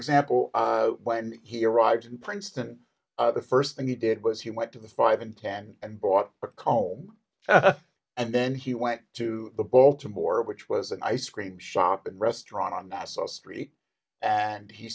example when he arrives in princeton the first thing he did was he went to the five and ten and bought a comb and then he went to the baltimore which was an ice cream shop and restaurant on that street and he